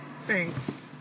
Thanks